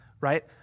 right